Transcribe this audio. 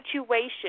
situation